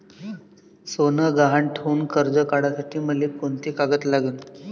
सोनं गहान ठेऊन कर्ज काढासाठी मले कोंते कागद लागन?